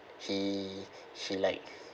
he he like